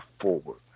forward